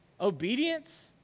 Obedience